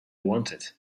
wanted